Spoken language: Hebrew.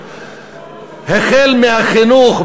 החל בחינוך,